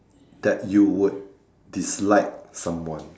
that you would dislike someone